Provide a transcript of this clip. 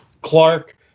Clark